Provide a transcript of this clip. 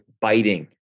biting